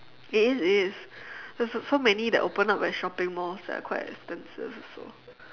it is it is so so so many that open up at shopping malls that are quite expensive also